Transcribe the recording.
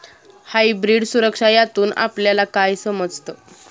Hybrid सुरक्षा यातून आपल्याला काय समजतं?